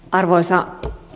arvoisa